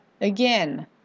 again